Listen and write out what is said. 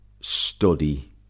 study